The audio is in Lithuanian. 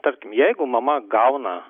tarkim jeigu mama gauna